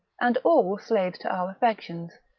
and all slaves to our affections,